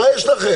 מה יש לכם?